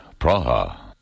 Praha